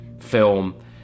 film